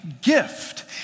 gift